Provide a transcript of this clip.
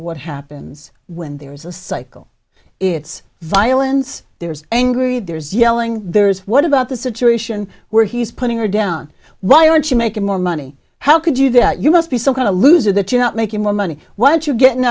what happens when there is a cycle it's violence there's angry there's yelling there's what about the situation where he's putting her down why aren't you making more money how could you that you must be some kind of a loser that you're not making more money what you get